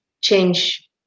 change